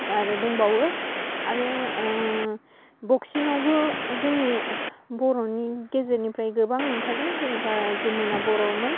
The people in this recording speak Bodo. आरो दंबावो आरो बक्सिंआवबो जोंनि बर'नि गेजेरनिफ्राय गोबां ओंखारबाय जेनेबा जुमुना बर'मोन